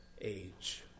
age